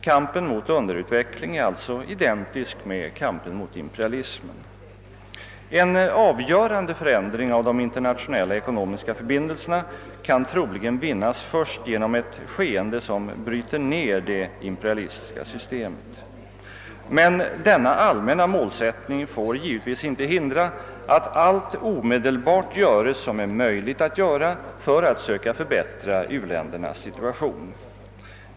Kampen mot underutvecklingen är alltså identisk med kampen mot imperialismen. En avgörande förändring av de internationella ekonomiska förbindelserna kan troligen vinnas först genom ett skeende som bryter ned det imperialistiska systemet. Men denna allmänna målsättning får givetvis inte hindra att allt omedelbart göres som är möjligt att göra för att söka förbättra u-ländernas situation.